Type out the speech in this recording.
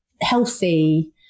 healthy